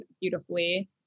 beautifully